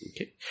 Okay